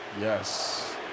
yes